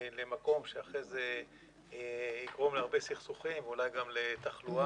למקום שאחרי זה יגרום להרבה סכסוכים ואולי גם לתחלואה.